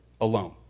alone